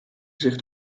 zich